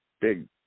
big